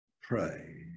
pray